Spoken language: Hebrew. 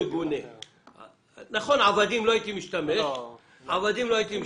נכון שלא הייתי משתמש בביטוי "עבדים".